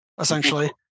essentially